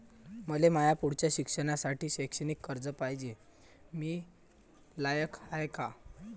मले माया पुढच्या शिक्षणासाठी शैक्षणिक कर्ज पायजे, मी लायक हाय का?